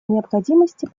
необходимости